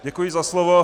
Děkuji za slovo.